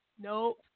Nope